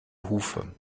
hufe